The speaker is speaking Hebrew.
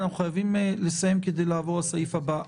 ואנחנו חייבים לסיים כדי לעבור לסעיף הבא.